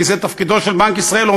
כי זה תפקידו של בנק ישראל.